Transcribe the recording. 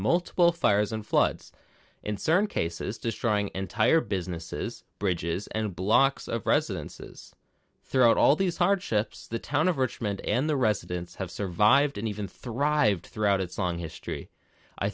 multiple fires and floods in certain cases destroying entire businesses bridges and blocks of residences throughout all these hardships the town of richmond and the residents have survived and even thrived throughout its long history i